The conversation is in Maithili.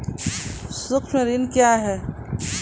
सुक्ष्म ऋण क्या हैं?